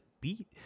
beat